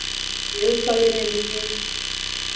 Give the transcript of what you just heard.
use कर लेने दीजिए